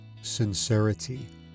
Sincerity